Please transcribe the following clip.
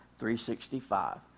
365